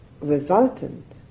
resultant